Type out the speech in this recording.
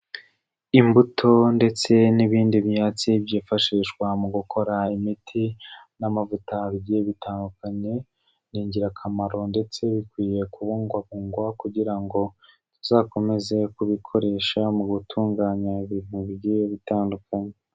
Imbuto ndetse n'ibindi byatsi byifashishwa mu gukora imiti n'amavuta bigiye bitandukanye, ni ingirakamaro ndetse bikwiye kubungwabungwa kugira ngo tuzakomeze kubikoresha mu gutunganya ibintu bigiye bitandukanye.